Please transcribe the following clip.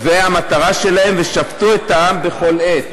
והמטרה שלהם: "ושפטו את העם בכל עת,